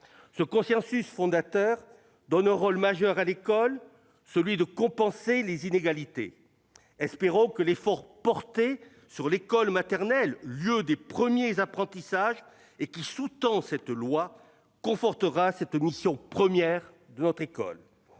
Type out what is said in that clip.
Ce consensus fondateur donne un rôle majeur à l'école, celui de compenser les inégalités. Espérons que l'effort porté sur l'école maternelle comme lieu des premiers apprentissages- effort qui sous-tend ce texte -confortera cette mission première de notre école.